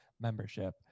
membership